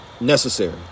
necessary